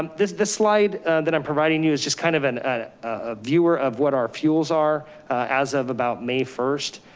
um this this slide that i'm providing you is just kind of and a ah viewer of what our fuels are as of about may first.